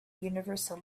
universal